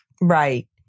Right